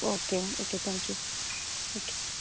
okay okay thank you okay